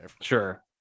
sure